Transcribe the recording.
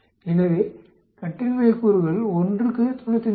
எனவேகட்டின்மை கூறுகள் 1க்கு 95